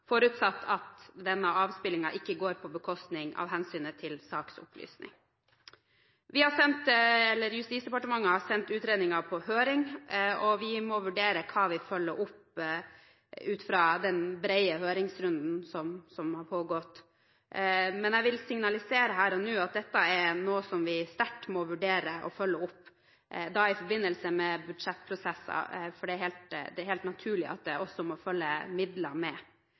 forutsatt at denne avspillingen ikke går på bekostning av hensynet til saksopplysning. Justisdepartementet har sendt utredningen på høring, og vi må vurdere hva vi følger opp ut fra den brede høringsrunden som har pågått. Men jeg vil signalisere her og nå at dette er noe som vi sterkt må vurdere å følge opp, da i forbindelse med budsjettprosesser, for det er helt naturlig at det også må følge midler med.